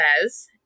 says